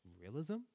realism